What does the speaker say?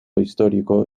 histórico